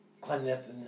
cleanliness